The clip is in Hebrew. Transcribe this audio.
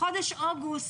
חודש אוגוסט,